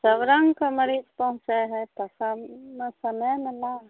सबरङ्गके मरीज पहुँचै हइ तऽ सम समय नहि लाग